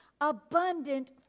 abundant